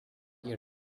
ear